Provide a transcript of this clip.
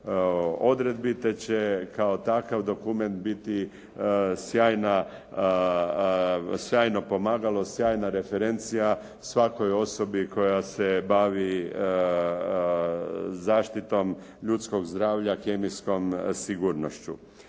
odredbi te će kao takav dokument biti sjajno pomagalo, sjajna referencija svakoj osobi koja se bavi zaštitom ljudskog zdravlja, kemijskom sigurnošću.